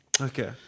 Okay